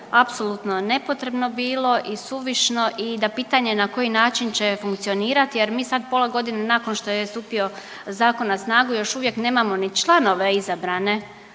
apsolutno nepotrebno bilo i suvišno i da pitanje na koji način će funkcionirati jer mi sad pola godine nakon što je stupio zakon na snagu još uvijek nemamo ni članove izabrane